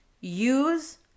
use